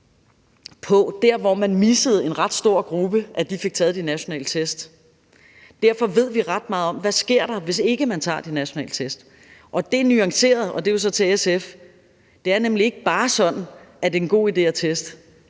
med at man missede en ret stor gruppe, der ikke fik taget de nationale test. Derfor ved vi ret meget om, hvad der sker, hvis man ikke tager de nationale test. Det er jo nuanceret, og til SF vil jeg sige: Det er nemlig ikke bare sådan, at det er en god idé at teste